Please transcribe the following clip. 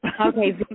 Okay